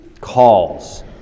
calls